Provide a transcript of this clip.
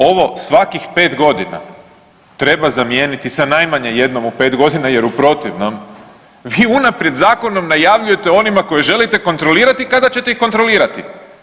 Ovo svakih 5 godina treba zamijeniti sa najmanje jednom u 5 godina, jer u protivnom vi unaprijed Zakonom najavljujete onima koje želite kontrolirati kada ćete ih kontrolirati.